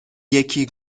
یکی